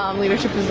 um leadership